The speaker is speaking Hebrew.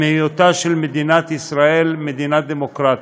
היותה של מדינת ישראל מדינה דמוקרטית.